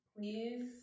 please